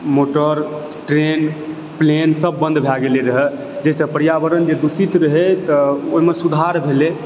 motor train plane सब बन्द भए गेलै रहऽ जाहिसँ पर्यावरण जे दूषित रहए तऽ ओहिमे सुधार भेलै